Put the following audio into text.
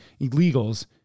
illegals